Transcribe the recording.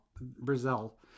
Brazil